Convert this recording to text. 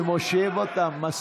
מה זה, בושה וחרפה, אני מושיב אותם.